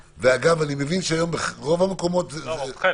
ואגב, אני מבין שהיום ברוב המקומות --- חלק.